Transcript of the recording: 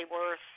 worth